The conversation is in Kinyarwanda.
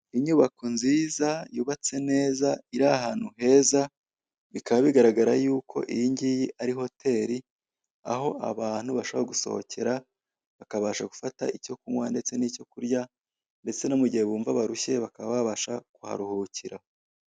Inyubako nziza yubatse neza iri ahantu heza bikaba bigaragara yuko iyingiyi ari hoteli, aho abantu bashobora gusohokera bakabasha gufata icyo kunywa ndetse n'icyo kurya ndetse no mu gihe bumva barushye bakaba babasha kuharuhukira.